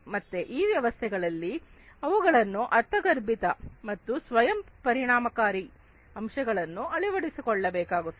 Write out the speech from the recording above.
ಮತ್ತೆ ಈ ವ್ಯವಸ್ಥೆಗಳಲ್ಲಿ ಅವುಗಳಲ್ಲಿ ಅರ್ಥಗರ್ಭಿತ ಮತ್ತು ಸ್ವಯಂ ಪರಿಣಾಮಕಾರಿ ಅಂಶಗಳನ್ನು ಅಳವಡಿಸಿಕೊಳ್ಳಬೇಕಾಗುತ್ತದೆ